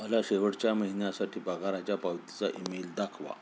मला शेवटच्या महिन्यासाठी पगाराच्या पावतीचा ईमेल दाखवा